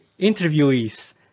interviewees